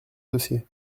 dossier